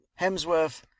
Hemsworth